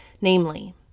namely